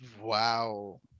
Wow